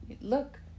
look